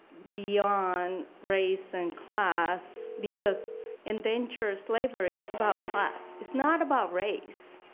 beyond race and class. because indentured slavery is about class. it's not about race.